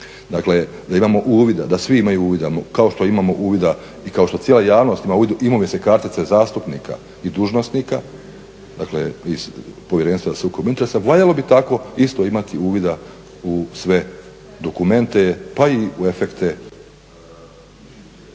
dakle da imao uvida, da svi imaju uvida kao što imamo uvida i kao što cijela javnost ima uvid u imovinske kartice zastupnika i dužnosnika, dakle iz povjerenstva za sukob interesa valjalo bi tako isto imati uvida u sve dokumente, pa i u efekte.